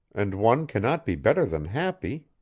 and one cannot be better than happy.